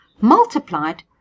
multiplied